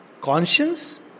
conscience